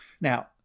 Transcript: Now